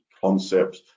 concept